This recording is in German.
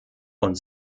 und